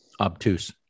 obtuse